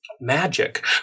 magic